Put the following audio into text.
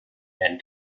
and